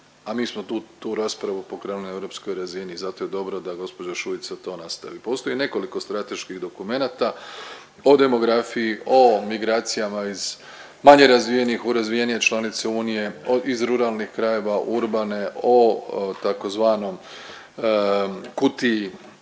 a mi smo tu, tu raspravu pokrenuli na europskoj razini, zato je dobro da gđa. Šuica to nastavi. Postoji nekoliko strateških dokumenata o demografiji, o migracijama iz manje razvijenih u razvijenije članice unije, iz ruralnih krajeva u urbane, o tzv. kutiji